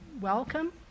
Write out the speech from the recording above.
Welcome